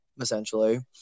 essentially